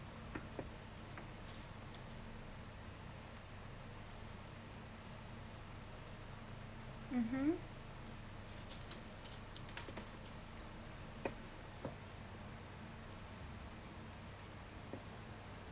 mmhmm